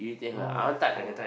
no no no